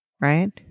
right